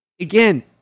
again